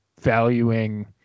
valuing